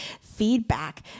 feedback